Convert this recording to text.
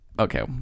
Okay